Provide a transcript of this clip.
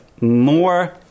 more